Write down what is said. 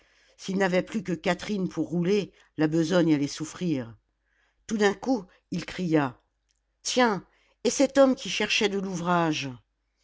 s'ils n'avaient plus que catherine pour rouler la besogne allait souffrir tout d'un coup il cria tiens et cet homme qui cherchait de l'ouvrage